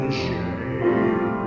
shame